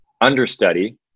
understudy